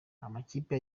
amakipe